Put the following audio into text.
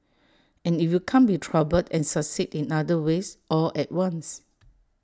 and if you can't be troubled and succeed in other ways all at once